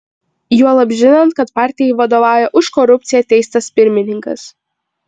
juolab žinant kad partijai vadovauja už korupciją teistas pirmininkas